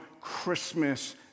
Christmas